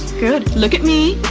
good. look at me.